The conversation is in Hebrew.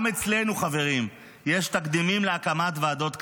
גם אצלנו, חברים, יש תקדימים להקמת ועדות כאלה,